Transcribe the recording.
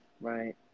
right